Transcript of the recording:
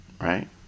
right